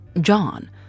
John